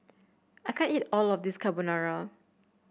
I can't eat all of this Carbonara